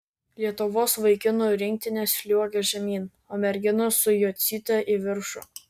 lietuvos vaikinų rinktinės sliuogia žemyn o merginos su jocyte į viršų